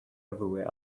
everywhere